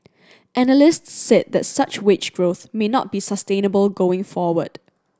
analysts said that such wage growth may not be sustainable going forward